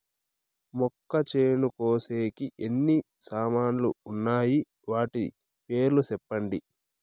మొక్కచేను కోసేకి ఎన్ని సామాన్లు వున్నాయి? వాటి పేర్లు సెప్పండి?